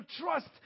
trust